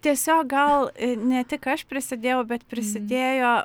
tiesiog gal ne tik aš prisidėjau bet prisidėjo